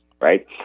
right